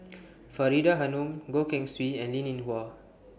Faridah Hanum Goh Keng Swee and Linn in Hua